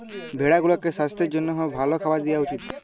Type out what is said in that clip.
ভেড়া গুলাকে সাস্থের জ্যনহে ভাল খাবার দিঁয়া উচিত